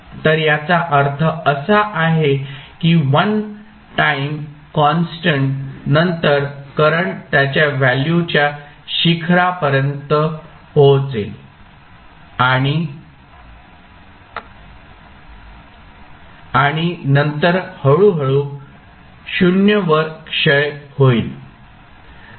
तर याचा अर्थ असा आहे की 1 टाईम कॉन्स्टंट नंतर करंट त्याच्या व्हॅल्यूच्या शिखरा पर्यंत पोहोचेल आणि नंतर हळूहळू 0 वर क्षय होईल